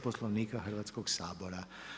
Poslovnika Hrvatskog sabora.